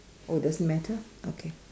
oh it doesn't matter okay